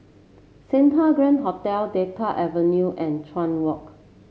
Santa Grand Hotel Delta Avenue and Chuan Walk